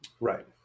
Right